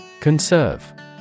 Conserve